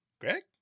Greg